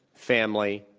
family,